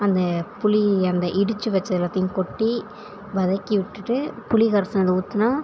அந்த புளி அந்த இடித்து வெச்ச எல்லாத்தையும் கொட்டி வதக்கி விட்டுட்டு புளி கரைச்சினது ஊற்றினா